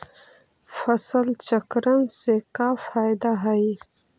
फसल चक्रण से का फ़ायदा हई?